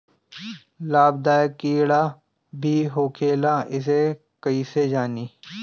लाभदायक कीड़ा भी होखेला इसे कईसे जानी?